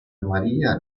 maria